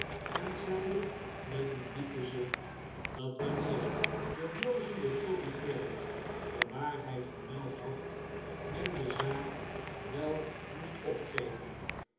en zeide met een diepen zucht dat wanneer de blozende toby crackit de waarheid vermeld had men de zaak wel moest opgeven